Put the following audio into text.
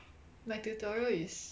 my tutorial is